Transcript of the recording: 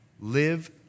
live